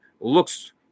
looks